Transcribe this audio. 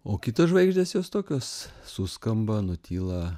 o kitos žvaigždės jos tokios suskamba nutyla